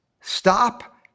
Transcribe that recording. stop